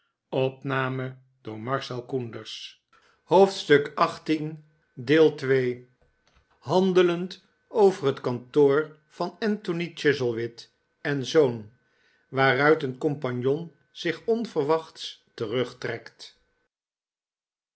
hoofdstuk xviii handelend over het kantoor van anthony chuzzlewit en zoon r waaruit een compagnon zich onverwachts terugtrekt